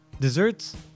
desserts